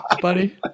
buddy